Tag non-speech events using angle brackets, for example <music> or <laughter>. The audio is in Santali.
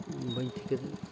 ᱵᱟᱹᱧ <unintelligible>